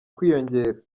kwiyongera